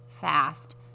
fast